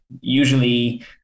usually